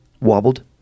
wobbled